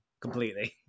completely